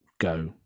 Go